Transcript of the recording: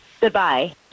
Goodbye